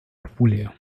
populär